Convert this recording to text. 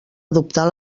adoptar